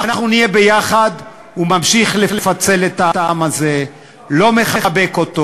אז הוא פשוט אדם לא הגון.